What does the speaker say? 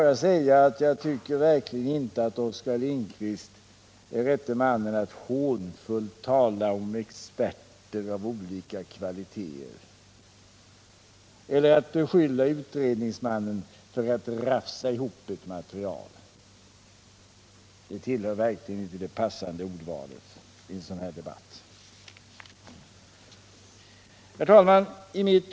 Jag tycker inte att Oskar Lindkvist är rätte mannen att hånfullt tala om experter av olika kvaliteter eller att beskylla utredningsmannen för att ha ”rafsat ihop” ett material. Det tillhör verkligen inte det passande ordvalet i en sådan — Nr 53 här debatt. Torsdagen den Herr talman!